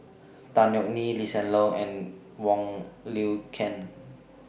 Tan Yeok Nee Lee Hsien Loong and Wong Lin Ken